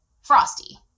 Frosty